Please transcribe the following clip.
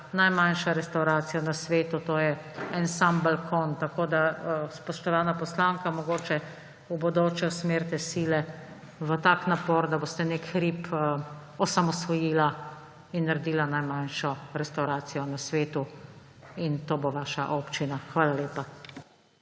najmanjšo restavracijo na svetu, to je en sam balkon. Spoštovana poslanka, mogoče v bodoče usmerite sile v tak napor, da boste nek hrib osamosvojili in naredili najmanjšo restavracijo na svetu. In to bo vaša občina. Hvala lepa.